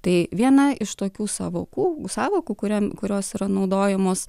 tai viena iš tokių sąvokų sąvokų kuriam kurios yra naudojamos